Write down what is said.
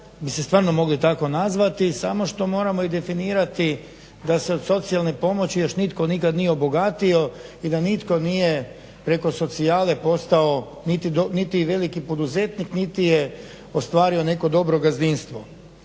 bi se stvarno mogle tako nazvati smo što moramo i definirati da se od socijalne pomoći još nitko nikad nije obogatio i da nitko nije preko socijale postao niti veliki poduzetnik niti je ostvario neko dobro gazdinstvo.